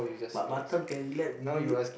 but Batam can relax be